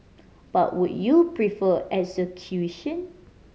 but would you prefer execution